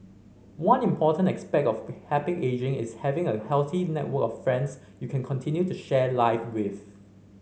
one important aspect of happy ageing is having a healthy network of friends you can continue to share life with